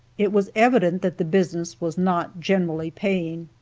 it was evident that the business was not generally paying.